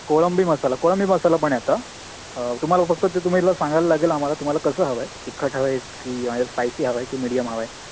कोळंबी मसाला कोळंबी मसाला पण येतं तुम्हाला फक्त ते तुम्हीला सांगायला लागेल आम्हाला तुम्हाला कसं हवं आहे तिखट हवं आहे की म्हणजे स्पायसी हवं आहे की मिडीयम हवं आहे